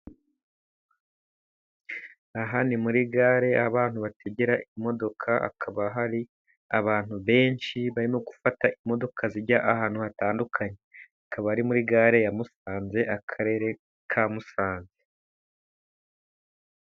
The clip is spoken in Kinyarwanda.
Aha ni muri gare aho abantu bategera imodoka, hakaba hari abantu benshi barimo gufata imodoka zijya ahantu hatandukanye, akaba ari muri gare ya Musanze akarere ka Musanze.